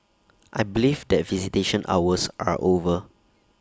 I believe that visitation hours are over